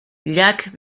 llac